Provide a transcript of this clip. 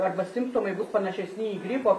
arba simptomai bus panašesni į gripo